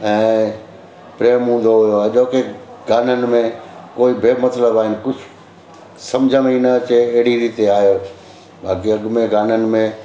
ऐं प्रेम हूंदो हुओ अॼो के गाननि में कोई बि मतलबु आहिनि कुझु समुझ में ई न अचे अहिड़ी रीते आहे बाक़ी अॻ में गाननि में